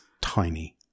tiny